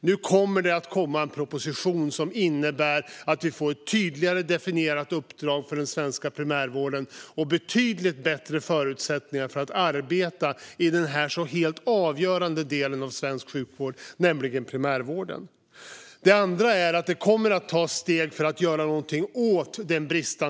Nu kommer det att komma en proposition som innebär att vi får ett tydligare definierat uppdrag för den svenska primärvården och betydligt bättre förutsättningar att arbeta i denna helt avgörande del av svensk sjukvård. Nästa område är den bristande tillgängligheten, och det kommer att tas steg för att göra någonting åt den.